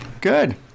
good